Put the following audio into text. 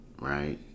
right